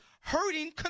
hurting